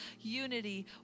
unity